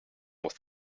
was